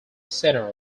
center